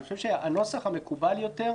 אני חושב הנוסח המקובל יותר,